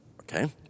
Okay